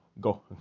go